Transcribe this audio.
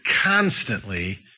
constantly